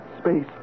space